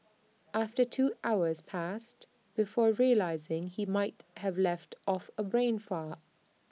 after two hours passed before realising he might have left off A brain fart